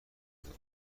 بود